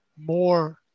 more